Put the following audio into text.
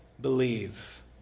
believe